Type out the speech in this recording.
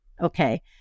Okay